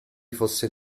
fosse